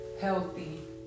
healthy